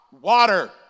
water